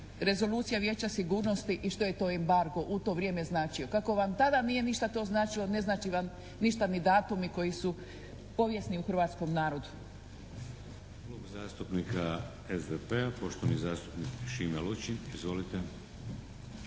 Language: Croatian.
Rezolucija Vijeća sigurnosti i što je to embargo u to vrijeme značio. Kako vam tada nije ništa to značilo ne znači vam ništa ni datumi koji su povijesti u hrvatskom narodu.